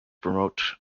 promote